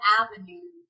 avenue